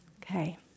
Okay